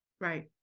Right